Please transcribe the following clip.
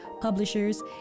publishers